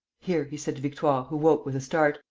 here, he said to victoire, who woke with a start.